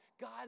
God